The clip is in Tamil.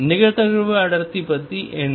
நிகழ்தகவு அடர்த்தி பற்றி என்ன